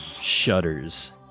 shudders